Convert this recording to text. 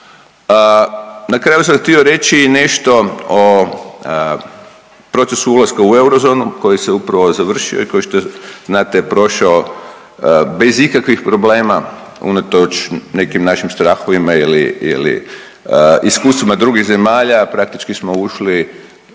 Na kraju sam htio reći i nešto o procesu ulaska u eurozonu koji se upravo završio i koji, kao što znate je prošao bez ikakvih problema unatoč nekim našim strahovima ili, ili iskustvima drugih zemalja, praktično smo ušli